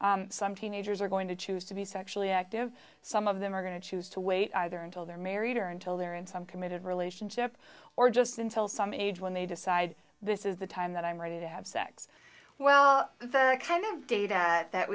some teenagers are going to choose to be sexually active some of them are going to choose to wait either until they're married or until they're in some committed relationship or just until some age when they decide this is the time that i'm ready to have sex well the kind of data that